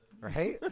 Right